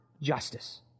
justice